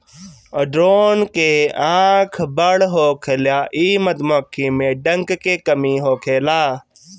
drone के आँख बड़ होखेला इ मधुमक्खी में डंक के कमी होखेला